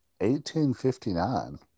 1859